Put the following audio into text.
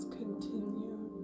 continue